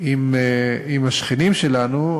עם השכנים שלנו,